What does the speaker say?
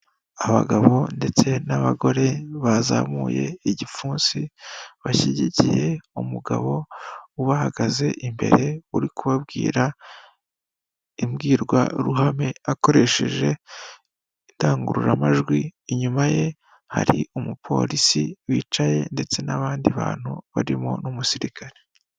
Abagabo ndetse n'abagore bazamuye igipfunsi, bashyigikiye umugabo ubahagaze imbere uri kubabwira imbwirwaruhame akoresheje indangururamajwi, inyuma ye hari umupolisi wicaye ndetse n'abandi bantu barimo n'umusirikare.